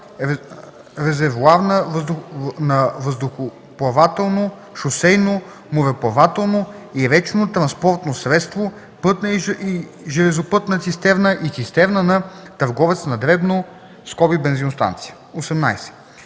резервоар на въздухоплавателно, шосейно, мореплавателно и речно транспортно средство, пътна и железопътна цистерна и цистерна на търговец на дребно (бензиностанция).